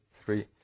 three